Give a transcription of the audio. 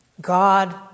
God